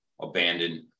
abandoned